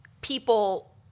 people